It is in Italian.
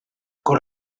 con